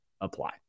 apply